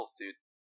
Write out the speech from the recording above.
dude